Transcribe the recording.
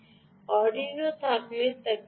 Arduino থাকলে তা কিনুন